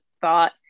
thought